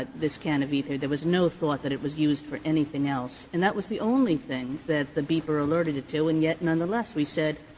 this can of ether. there was no thought that it was used for anything else. and that was the only thing that the beeper alerted it to and, yet, nonetheless, we said,